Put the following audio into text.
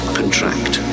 contract